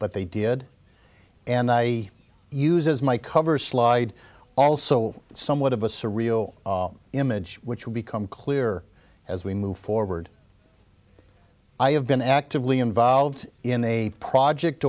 but they did and i use as my cover slide also somewhat of a surreal image which will become clear as we move forward i have been actively involved in a project